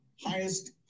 highest